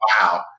wow